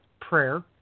prayer